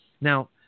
Now